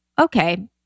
okay